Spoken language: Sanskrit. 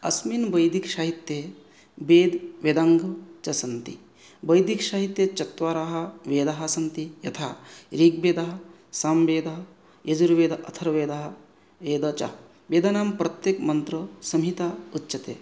अस्मिन् वैदिकसाहित्ये वेद वेदाङ्गः च सन्ति वैदिकसाहित्ये चत्वाराः वेदाः सन्ति यथा ऋग्वेदः सामवेदः यजुर्वेदः अथर्ववेदः वेदः च प्रत्येकं मन्त्रं संहिता उच्यते